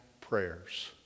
prayers